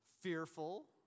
fearful